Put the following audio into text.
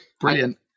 brilliant